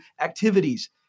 activities